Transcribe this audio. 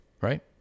right